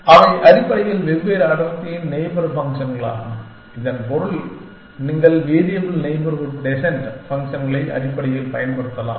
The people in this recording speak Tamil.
அவை அடிப்படையில் வெவ்வேறு அடர்த்தியின் நெய்பர் ஃபங்க்ஷன்களாகும் இதன் பொருள் நீங்கள் வேரியபல் நெய்பர்ஹூட் டெஸ்ஸண்ட் ஃபங்க்ஷன்களை அடிப்படையில் பயன்படுத்தலாம்